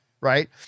right